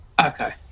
Okay